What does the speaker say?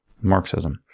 Marxism